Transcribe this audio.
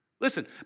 Listen